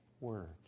words